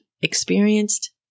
experienced